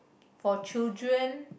for children